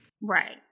Right